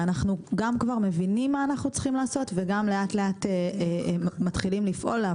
ואנחנו גם כבר מבינים מה אנחנו צריכים לעשות וגם לאט-לאט מתחילים לפעול.